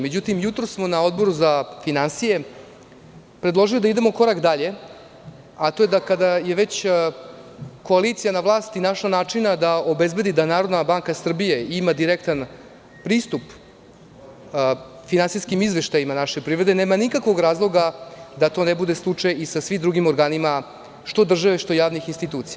Međutim, jutros smo na Odboru za finansije predložili da idemo korak dalje, a to je da kada je već koalicija na vlasti našla načina da obezbedi da NBS ima direktan pristup finansijskim izveštajima naše privrede, nema nikakvog razloga da to ne bude slučaj i sa svim drugim organima, što države, što javnih institucija.